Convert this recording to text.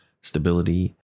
stability